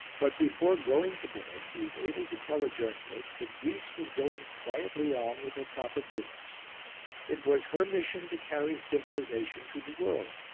but before going to bed he was able to tell a journalist that greece was going quietly on with her proper business it was her mission to carry civilisation to the world.